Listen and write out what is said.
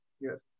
Yes